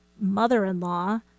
mother-in-law